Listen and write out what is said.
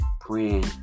praying